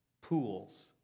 pools